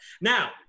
Now